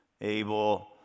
Abel